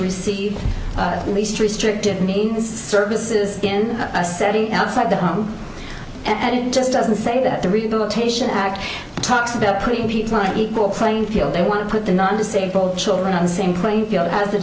receive the least restrictive need the services in a setting outside the home and it just doesn't say that the rehabilitation act talks about putting people on equal playing field they want to put the non disabled children on the same playing field as